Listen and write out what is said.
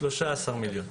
13 מיליון.